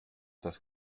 das